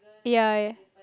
ya